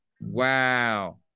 Wow